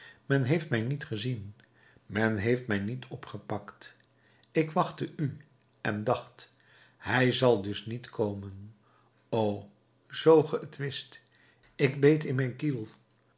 men heeft mij niet gezien men heeft mij niet opgepakt ik wachtte u en dacht hij zal dus niet komen o zoo ge t wist ik beet in mijn kiel